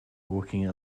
walking